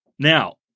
Now